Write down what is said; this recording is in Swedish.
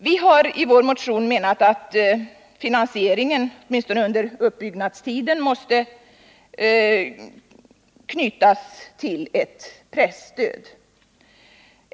Vi har i vår motion menat att finansieringen, åtminstone under uppbyggnadstiden, måste ske via ett presstöd.